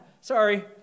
sorry